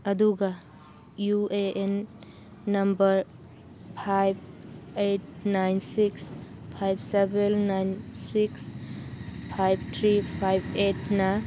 ꯑꯗꯨꯒ U A N number five eight nine six five seven nine six five three five ꯑꯩꯠꯅ